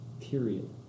period